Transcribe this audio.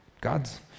God's